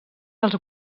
els